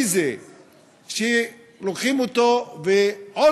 שיבין פשוט, הוא לא הפריע לך, אל תפריע לו.